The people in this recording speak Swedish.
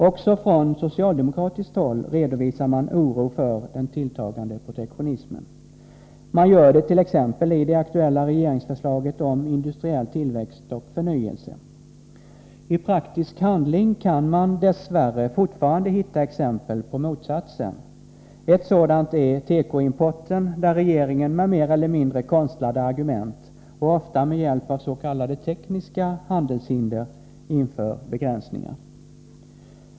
Också från socialdemokratiskt håll redovisar man oro för den tilltagande protektionismen. Man gör det t.ex. i det aktuella regeringsförslaget om industriell tillväxt och förnyelse. När det gäller praktisk handling kan man dess värre fortfarande hitta exempel på motsatsen. Ett sådant exempel är tekoimporten, där regeringen med mer eller mindre konstlade argument och ofta med hjälp av s.k. tekniska handelshinder inför begränsningar.